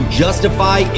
justify